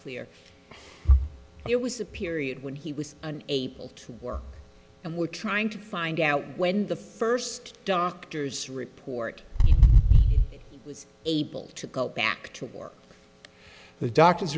clear it was a period when he was an april to work and we're trying to find out when the first doctor's report was able to go back to work the doctor